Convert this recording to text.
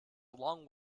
long